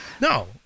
No